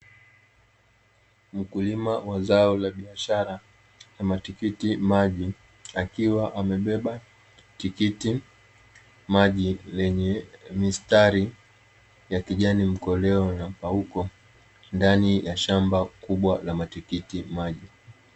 Mkulima wa zao la biashara la matikiti maji akiwa amebeba tikiti maji lenye mistari ya kijani mkoleo na mpauko, ndani ya shamba kubwa la matikiti maji.